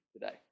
today